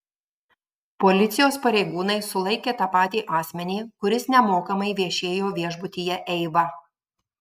policijos pareigūnai sulaikė tą patį asmenį kuris nemokamai viešėjo viešbutyje eiva